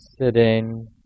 sitting